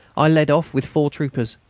i led off with four troopers.